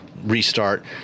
restart